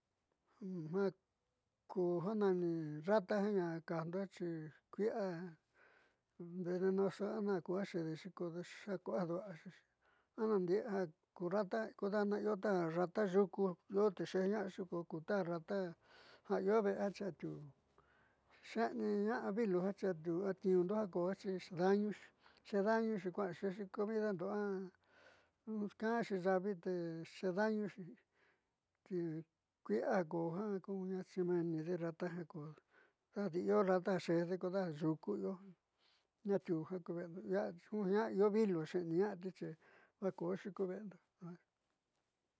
Ku ja nani rata jiaa a kajndoxi kui'ia venenoso akuja xedexi akujadu'ua va xe'exixi a ku rata kuda'ana io ta rata yuku io te xeeñaaxi ko ku rata io ve'exi a tiuu xeeniiña'a vilu á tniindo jiaa xi xeeda'anuxi xeeda'añuxi kua'axi xe'exixi comidando a ka'anxi yaavi te xeeda'añuxi ki kui'ia kuja rata dejudi rata ja xeejde kodeja yuku io atiuu jiaa ku ve'endo jiaa io vilu xe'eniña'ati xi vajkooxi ku ve'endo.